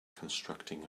constructing